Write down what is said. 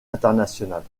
internationale